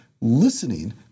listening